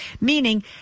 meaning